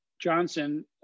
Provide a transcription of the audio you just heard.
Johnson